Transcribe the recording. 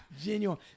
Genuine